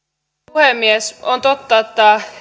puhemies on totta että